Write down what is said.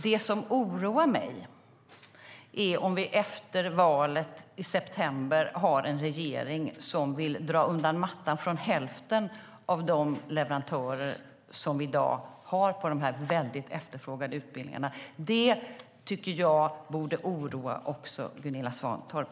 Det som oroar mig är om vi efter valet i september har en regering som vill dra undan mattan för hälften av de leverantörer som vi i dag har av de här väldigt efterfrågade utbildningarna. Det tycker jag borde oroa även Gunilla Svantorp.